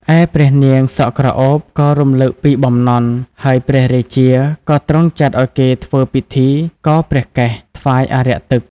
ឯព្រះនាងសក់ក្រអូបក៏រំលឹកពីបំណន់ ហើយព្រះរាជាក៏ទ្រង់ចាត់ឱ្យគេធ្វើពិធីកោរព្រះកេសថ្វាយអារក្សទឹក។